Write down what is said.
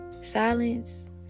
Silence